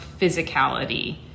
physicality